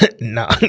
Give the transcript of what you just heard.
Nah